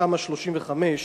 תמ"א 35,